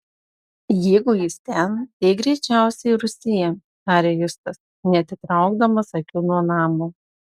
jeigu jis ten tai greičiausiai rūsyje tarė justas neatitraukdamas akių nuo namo